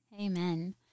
Amen